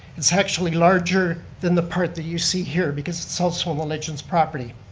it's actually larger than the part that you see here because it's also on the legends property.